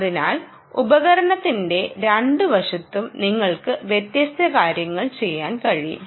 അതിനാൽ ഉപകരണത്തിന്റെ രണ്ടു വശത്തും നിങ്ങൾക്ക് വ്യത്യസ്ത കാര്യങ്ങൾ ചെയ്യാൻ കഴിയും